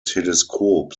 teleskop